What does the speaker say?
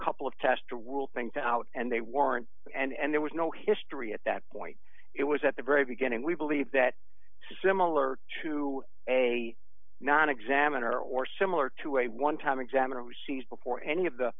couple of tests to rule things out and they weren't and there was no history at that point it was at the very beginning we believe that similar to a non examiner or similar to a one time examiner who seems before any of the